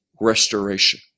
restoration